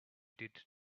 did